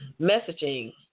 messaging